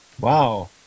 Wow